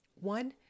One